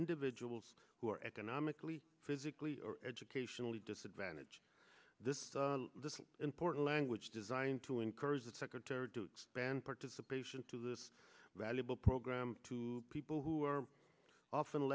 individuals who are economically physically educationally disadvantaged this important language designed to encourage the secretary to expand participation to this valuable program to people who are